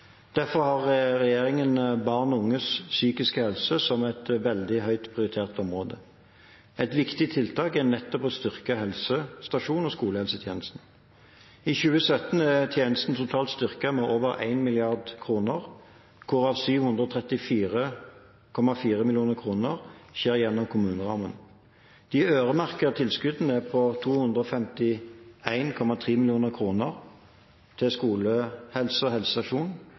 Derfor har regjeringen barn og unges psykiske helse som et veldig høyt prioritert område. Et viktig tiltak er nettopp å styrke helsestasjons- og skolehelsetjenesten. I 2017 er tjenesten totalt styrket med over 1 mrd. kr, hvorav 734,4 mill. kr skjer gjennom kommunerammen. De øremerkede tilskuddene er på 251,3 mill. kr til skolehelse og helsestasjon, 29,2 mill. kr til utviklingen av skolehelsetjenesten i de videregående skolene og